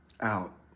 out